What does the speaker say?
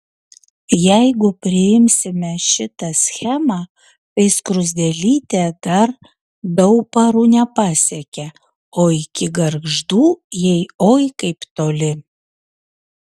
jeigu priimsime šitą schemą tai skruzdėlytė dar dauparų nepasiekė o iki gargždų jai oi kaip toli